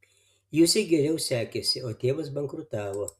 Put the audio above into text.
juzei geriau sekėsi o tėvas bankrutavo